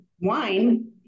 wine